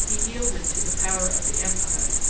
he yielded to the power of the empire,